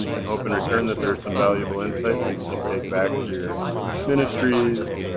and hope in return that there's some valuable insights that you can take back to your ministries,